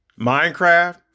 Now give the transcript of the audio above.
Minecraft